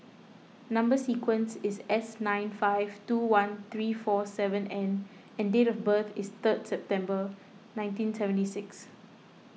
Number Sequence is S nine five two one three four seven N and date of birth is third September nineteen seventy six